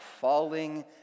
falling